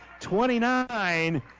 29